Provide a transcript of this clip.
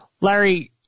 Larry